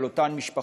על אותן משפחות,